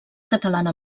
catalana